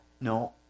No